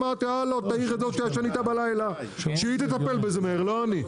אמרתי הלו תעיר את זו שהיא תטפל בזה לא אני,